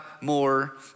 more